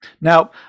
Now